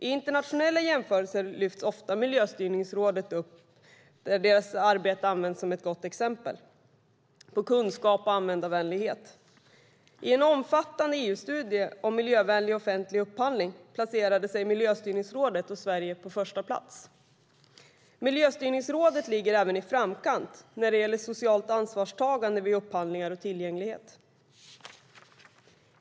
I internationella jämförelser lyfts ofta Miljöstyrningsrådets arbete fram som ett gott exempel på kunskap och användarvänlighet. I en omfattande EU-studie om miljövänlig offentlig upphandling placerade sig Miljöstyrningsrådet och Sverige på första plats. Miljöstyrningsrådet ligger även i framkant när det gäller socialt ansvarstagande vid upphandlingar och tillgänglighet.